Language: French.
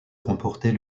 remporter